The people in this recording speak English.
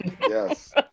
Yes